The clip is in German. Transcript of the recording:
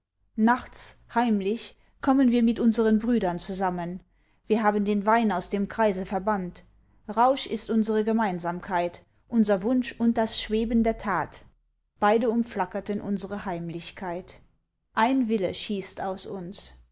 nachts heimlich kommen wir mit unsern brüdern zusammen wir haben den wein aus dem kreise verbannt rausch ist unsre gemeinsamkeit unser wunsch und das schweben der tat beide umflackerten unsere heimlichkeit ein wille schießt aus uns